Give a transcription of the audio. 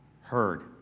heard